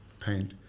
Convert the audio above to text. paint